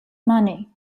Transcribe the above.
money